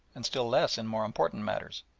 and still less in more important matters.